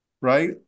right